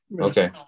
Okay